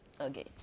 Okay